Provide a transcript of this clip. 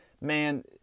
Man